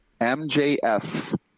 MJF